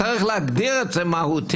צריך להגדיר את זה מהותית.